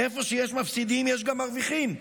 איפה שיש מפסידים יש גם מרוויחים,